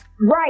Right